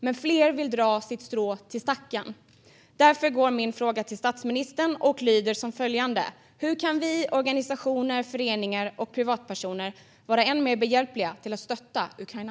Men fler vill dra sitt strå till stacken. Hur kan vi - organisationer, föreningar och privatpersoner - vara än mer behjälpliga när det gäller att stötta Ukraina?